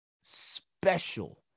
special